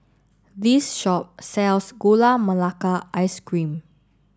this shop sells gula melaka ice cream